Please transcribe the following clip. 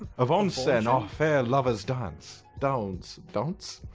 avauncen our fayre lover's dance. daunce. dunce?